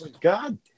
God